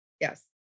yes